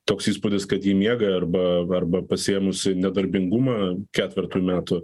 toks įspūdis kad ji miega arba arba pasiėmusi nedarbingumą ketvertų metu